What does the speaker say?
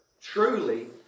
truly